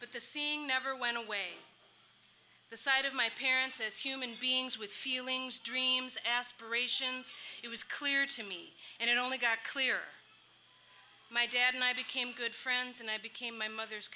but the seeing never went away the side of my parents as human beings with feelings dreams aspirations it was clear to me and it only got clearer my dad and i became good friends and i became my mother's